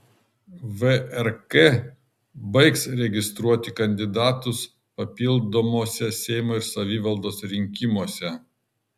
vrk baigs registruoti kandidatus papildomuose seimo ir savivaldos rinkimuose